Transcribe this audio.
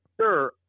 sir